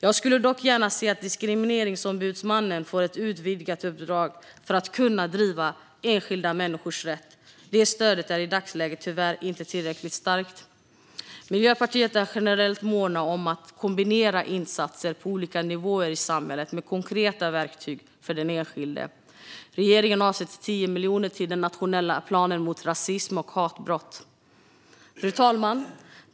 Jag skulle dock gärna se att Diskrimineringsombudsmannen får ett utvidgat uppdrag för att kunna driva enskilda människors rätt. Det stödet är i dagsläget tyvärr inte tillräckligt starkt. Miljöpartiet är generellt mån om att kombinera insatser på olika nivåer i samhället med konkreta verktyg för den enskilde. Regeringen avsätter 10 miljoner till den nationella planen mot rasism och hatbrott. Fru talman!